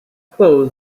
clothes